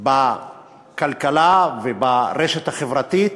בכלכלה וברשת החברתית.